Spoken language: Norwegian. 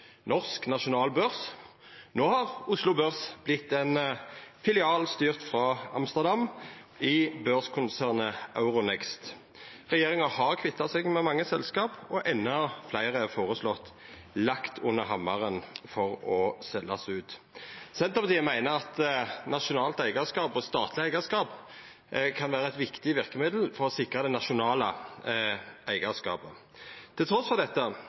norsk, nasjonal børs. No har Oslo Børs vorte ein filial styrt frå Amsterdam i børskonsernet Euronext. Regjeringa har kvitta seg med mange selskap, og endå fleire er føreslått lagt under hammaren for å verta selde ut. Senterpartiet meiner at nasjonalt eigarskap og statleg eigarskap kan vera eit viktig verkemiddel for å sikra det nasjonale eigarskapet. Trass i dette